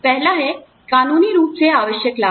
पहला है कानूनी रूप से आवश्यक लाभ